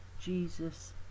Jesus